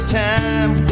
time